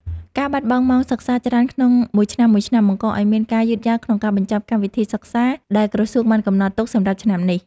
ការបាត់បង់ម៉ោងសិក្សាច្រើនក្នុងមួយឆ្នាំៗ បង្កឱ្យមានភាពយឺតយ៉ាវក្នុងការបញ្ចប់កម្មវិធីសិក្សា ដែលក្រសួងបានកំណត់ទុកសម្រាប់ឆ្នាំនោះ។